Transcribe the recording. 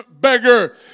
beggar